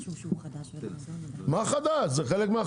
מה חדש פה?